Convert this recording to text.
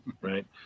Right